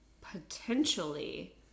potentially